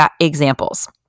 examples